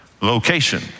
Location